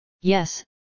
Yes